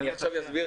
אני מתרגש להיות